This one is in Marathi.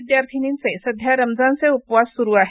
या विद्यार्थिनींचा सध्या रमजानचे उपवास सुरु आहेत